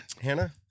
Hannah